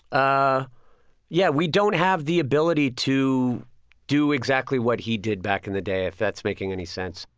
ah yeah, we don't have the ability to do exactly what he did back in the day if that's making any sense.